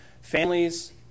families